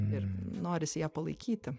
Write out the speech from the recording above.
ir norisi ją palaikyti